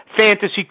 fantasy